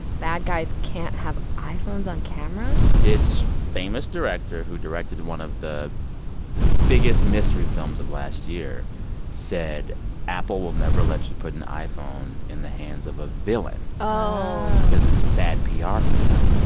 bad guys can't have iphones on camera? this famous director who directed one of the biggest mystery films of last year said apple will never let you put an iphone in the hands of a villain. oh. because it's bad pr for them.